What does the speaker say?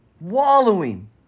wallowing